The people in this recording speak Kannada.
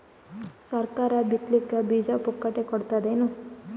ಸರಕಾರ ಬಿತ್ ಲಿಕ್ಕೆ ಬೀಜ ಪುಕ್ಕಟೆ ಕೊಡತದೇನು?